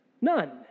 None